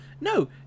No